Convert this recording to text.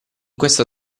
questo